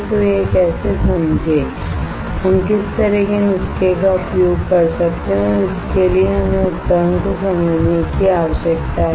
तो यह कैसे समझें हम किस तरह के नुस्खे का उपयोग कर सकते हैं और इसके लिए हमें उपकरण को समझने की आवश्यकता है